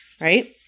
right